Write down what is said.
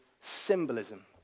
symbolism